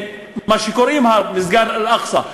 את מה שקוראים, מסגד אל-אקצא.